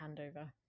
handover